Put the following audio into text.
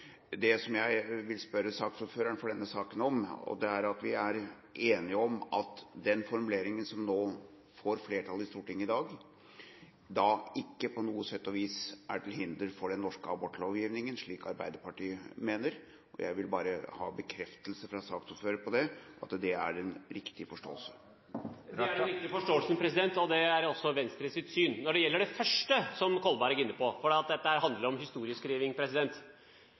Det som jeg vil spørre saksordføreren for denne saken om, er om vi er enige om at den formuleringen som får flertall i Stortinget i dag, ikke på noe vis er til hinder for den norske abortlovgivningen – slik Arbeiderpartiet mener. Jeg vil bare ha bekreftelse fra saksordfører på at det er en riktig forståelse. Det er den riktige forståelsen, og det er også Venstres syn. Når det gjelder det første som Kolberg er inne på, handler dette om